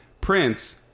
prince